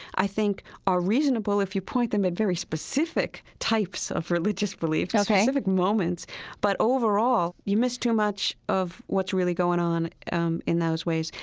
i think, are reasonable if you point them at very specific types of religious beliefs, specific moments ok but overall, you miss too much of what's really going on um in those ways.